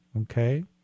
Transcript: okay